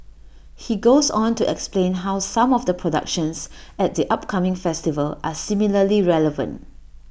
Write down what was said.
he goes on to explain how some of the productions at the upcoming festival are similarly relevant